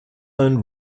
own